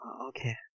Okay